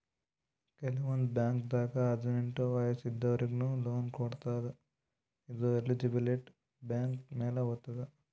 ಕೆಲವಂದ್ ಬಾಂಕ್ದಾಗ್ ಹದ್ನೆಂಟ್ ವಯಸ್ಸ್ ಇದ್ದೋರಿಗ್ನು ಲೋನ್ ಕೊಡ್ತದ್ ಇದು ಎಲಿಜಿಬಿಲಿಟಿ ಬ್ಯಾಂಕ್ ಮ್ಯಾಲ್ ಹೊತದ್